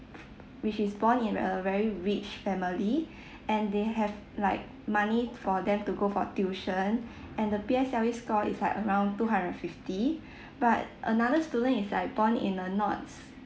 which is born in a very rich family and they have like money for them to go for tuition and the P_S_L_E score is like around two hundred and fifty but another student is like born in a not